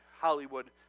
Hollywood